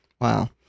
Wow